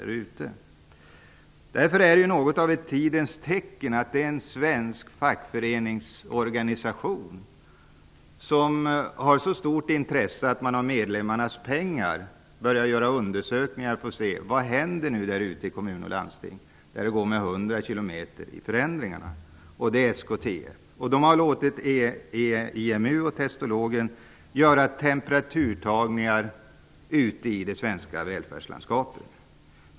Det är något av ett tidens tecken att det är en svensk fackföreningsorganisation som har visat ett så stort intresse att den med hjälp av medlemmarnas pengar har påbörjat en stor undersökning för att se vad som händer i kommuner och landsting där förändringarna sker i en fart av 100 km i timman. Det är SKTF som gör detta. De har låtit IMU och Testologen ta temperaturen på det svenska välfärdslandskapet.